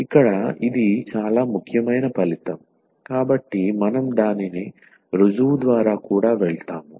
ఇక్కడ ఇది చాలా ముఖ్యమైన ఫలితం కాబట్టి మనం దాని రుజువు ద్వారా కూడా వెళ్తాము